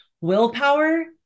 Willpower